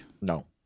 No